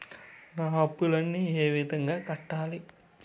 నా అప్పులను ఏ విధంగా కట్టాలి?